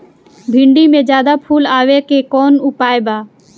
भिन्डी में ज्यादा फुल आवे के कौन उपाय बा?